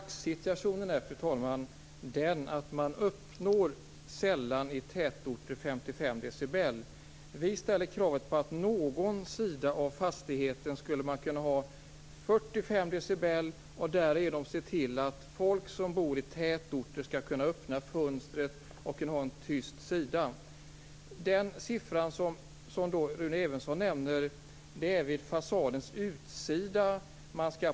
Fru talman! I dagsläget uppnås sällan 55 dB i tätorter. Vi ställer kravet på att på någon sida av fastigheten skall man kunna ha 45 dB. Därigenom skulle man se till att folk som bor i tätorter kan öppna ett fönster på en tyst sida. Den siffra som Rune Evensson nämner gäller fasadens utsida.